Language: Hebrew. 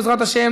בעזרת השם,